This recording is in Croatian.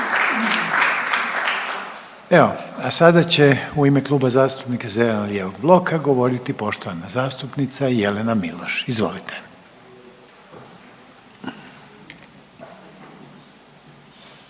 Evo, a sada će u ime Kluba zastupnika zeleno-lijevog bloka govoriti poštovana zastupnica Jelena Miloš. Izvolite.